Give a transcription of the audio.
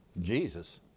Jesus